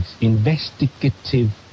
Investigative